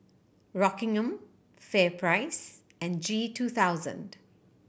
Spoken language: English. Rockingham FairPrice and G two thousand